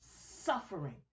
suffering